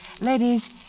Ladies